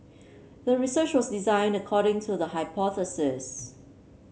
the research was designed according to the hypothesis